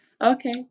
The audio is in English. okay